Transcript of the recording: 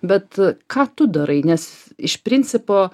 bet ką tu darai nes iš principo